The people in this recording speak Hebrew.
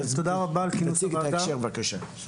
רק תציג את ההקשר בבקשה.